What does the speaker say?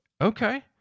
Okay